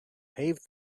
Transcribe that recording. paved